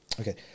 Okay